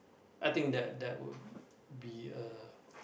I think that that would be a